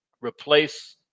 replace